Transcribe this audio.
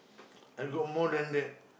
I got more than that